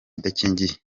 idakingiye